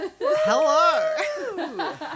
Hello